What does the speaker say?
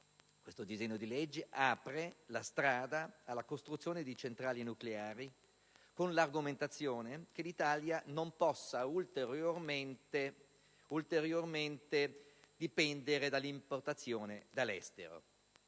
Questo disegno di legge apre la strada alla costruzione di centrali nucleari con l'argomentazione che l'Italia non possa ulteriormente dipendere dall'importazione dall'estero.